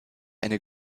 eine